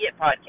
Podcast